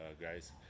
guys